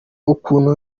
ukuntu